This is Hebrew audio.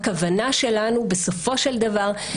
הכוונה שלנו בסופו של דבר,